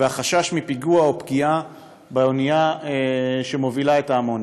והחשש מפיגוע או פגיעה באונייה שמובילה את האמוניה.